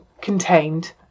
contained